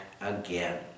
again